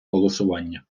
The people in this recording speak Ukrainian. голосування